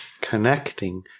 connecting